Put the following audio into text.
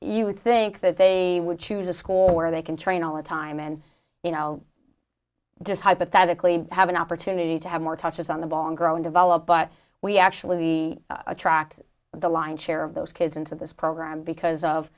you would think that they would choose a school where they can train all the time and you know just hypothetically have an opportunity to have more touches on the ball and grow and develop but we actually attract the lion's share of those kids into this program because of